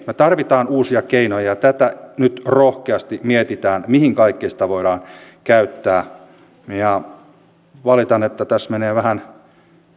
me tarvitsemme uusia keinoja tätä nyt rohkeasti mietitään mihin kaikkeen sitä voidaan käyttää valitan että tässä menee vähän